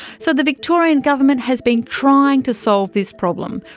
so the victorian government has been trying to solve this problem,